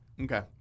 Okay